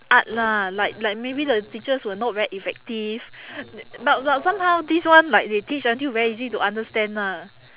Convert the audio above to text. art lah like like maybe the teachers were not very effective but but somehow this one like they teach until very easy to understand lah